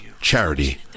Charity